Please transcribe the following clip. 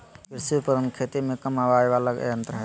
कृषि उपकरण खेती में काम आवय वला यंत्र हई